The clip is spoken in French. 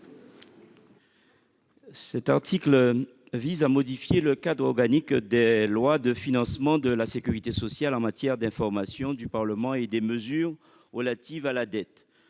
Cet article vise à modifier le cadre organique des lois de financement de la sécurité sociale en matière d'information du Parlement et de mesures relatives à la dette.